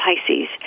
Pisces